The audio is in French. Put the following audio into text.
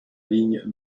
ligne